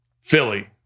Philly